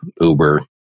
Uber